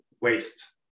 waste